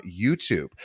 YouTube